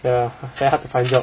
ya very hard to find job